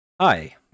Hi